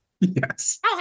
yes